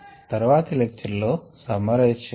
తరువాతి లెక్చర్ లో సమ్మరైజ్ చేద్దాం